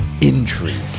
intrigue